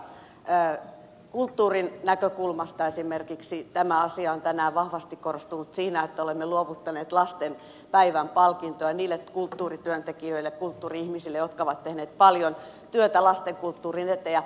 esimerkiksi kulttuurin näkökulmasta tämä asia on tänään vahvasti korostunut siinä että olemme luovuttaneet lastenpäivän palkintoja niille kulttuurityöntekijöille kulttuuri ihmisille jotka ovat tehneet paljon työtä lastenkulttuurin eteen